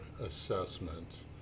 assessment